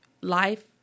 life